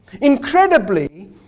Incredibly